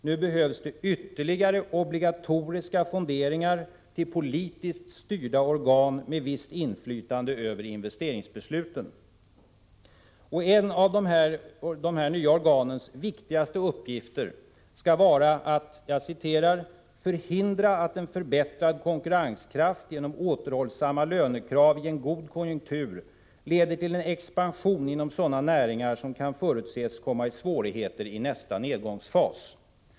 Nu krävs det ytterligare obligatoriska fondering ar till politiskt styrda organ med visst inflytande över investeringsbesluten. En av dessa nya organs viktigaste uppgifter skall enligt rapporten vara att förhindra att en förbättrad konkurrenskraft genom återhållsamma lönekrav i en god konjunktur leder till en expansion inom sådana näringar som kan förutses komma i svårigheter i nästa nedgångsfas.